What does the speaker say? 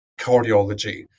cardiology